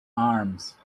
arms